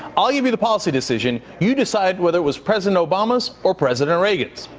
i'll give you the policy decision. you decide whether it was president obama's or president reagan's.